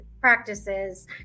practices